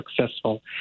successful